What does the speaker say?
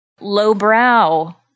lowbrow